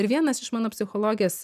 ir vienas iš mano psichologės